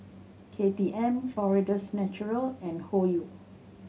K T M Florida's Natural and Hoyu